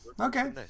okay